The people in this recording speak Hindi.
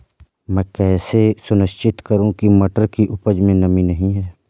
मैं कैसे सुनिश्चित करूँ की मटर की उपज में नमी नहीं है?